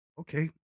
Okay